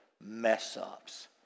mess-ups